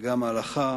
וגם ההלכה